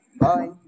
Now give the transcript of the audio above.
Bye